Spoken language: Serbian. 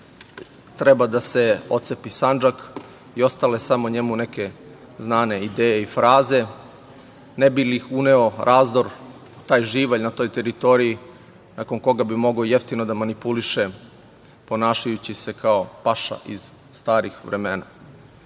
treba da se otcepi Sandžak i ostale samo njemu neke znane ideje i fraze ne bi li uneo razdor u taj živalj na toj teritoriji, nakon koga bi mogao jeftino da manipuliše ponašajući se kao paša iz starih vremena. Politika